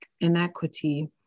inequity